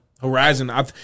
Horizon